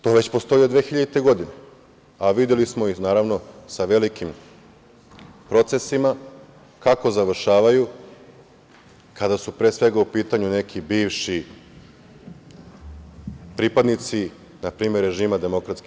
To već postoji od 2000. godine, a videli smo i, naravno, sa velikim procesima kako završavaju kada su pre svega u pitanju neki bivši pripadnici na primer režima DS.